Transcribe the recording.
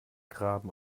graben